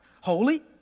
holy